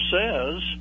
says